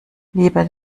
lieber